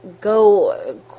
go